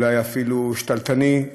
אולי אפילו שתלטני,